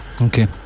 Okay